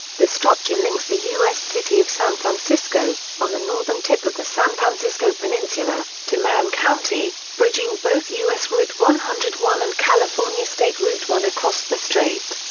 the structure links the u s. city of san francisco, on the northern tip of the san francisco peninsula, to marin county, bridging both u s. route one hundred and one and california state route one across the strait.